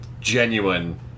genuine